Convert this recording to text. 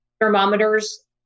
thermometers